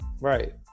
Right